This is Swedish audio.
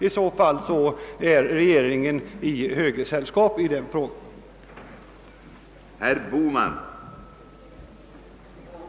I så fall är regeringen i högersällskap på denna punkt om man gör gällande att bostadspolitiken varit illa planerad.